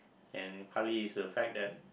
and partly is the fact that